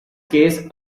case